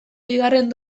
bigarren